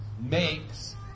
makes